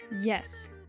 Yes